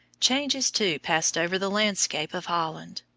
changes, too, passed over the landscape of holland.